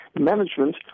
management